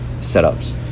setups